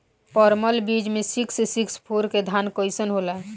परमल बीज मे सिक्स सिक्स फोर के धान कईसन होला?